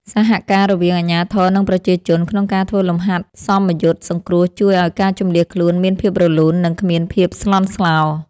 សហការរវាងអាជ្ញាធរនិងប្រជាជនក្នុងការធ្វើលំហាត់សមយុទ្ធសង្គ្រោះជួយឱ្យការជម្លៀសខ្លួនមានភាពរលូន និង គ្មានភាពស្លន់ស្លោ។